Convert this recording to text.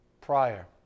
prior